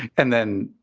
and then,